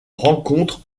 rencontre